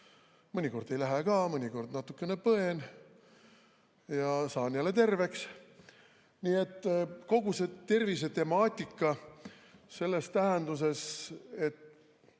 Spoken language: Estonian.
Mõnikord ei lähe ka, mõnikord natukene põen ja saan jälle terveks. Nii et kogu see tervisetemaatika, minu